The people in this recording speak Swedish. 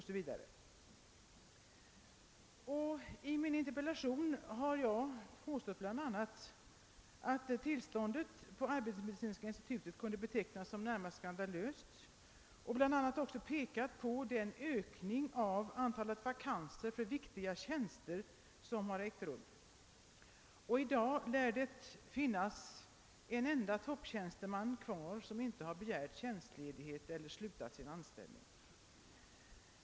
Jag har i min interpellation påstått att tillståndet på arbetsmedicinska institutet närmast kan betecknas som skandalöst. Bland annat har jag pekat på den ökning av antalet vakanser för viktiga tjänster som har ägt rum. I dag lär det finnas en enda topptjänsteman kvar som inte begärt tjänstledighet eller slutat sin anställning.